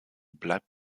bleibt